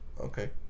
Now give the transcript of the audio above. okay